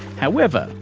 however,